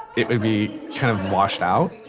it would be kind of washed out.